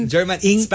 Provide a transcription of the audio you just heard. German